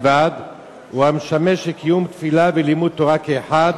ומסי הממשלה (פטור מארנונה לבתי-כנסת),